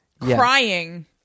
crying